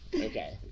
Okay